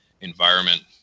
environment